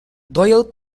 doyle